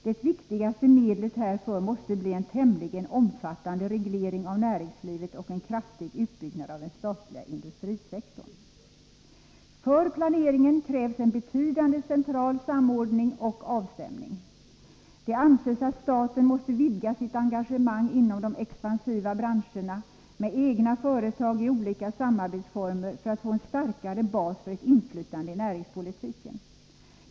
Det viktigaste medlet härför måste bli en tämligen omfattande reglering av näringslivet och en kraftig utbyggnad av den statliga industrisektorn. I rapporten sägs vidare att det för denna planering krävs en betydande central samordning och avstämning. Staten måste vidga sitt engagemang inom de expansiva branscherna med egna företag i olika samarbetsformer för att få en starkare bas för ett inflytande i näringspolitiken.